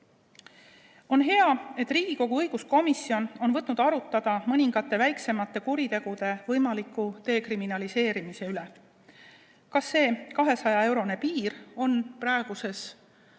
On hea, et Riigikogu õiguskomisjon on võtnud arutada mõningate väiksemate kuritegude võimaliku dekriminaliseerimise üle. Kas see 200‑eurone piir on praegu